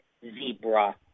Zebra